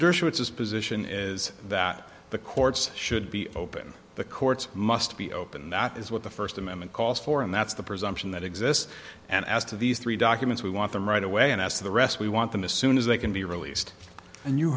dershowitz is position is that the courts should be open the courts must be open and that is what the first amendment calls for and that's the presumption that exists and as to these three documents we want them right away and as to the rest we want them as soon as they can be released and you